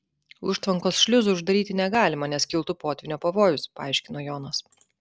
užtvankos šliuzų uždaryti negalima nes kiltų potvynio pavojus paaiškino jonas